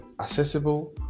accessible